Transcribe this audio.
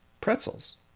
Pretzels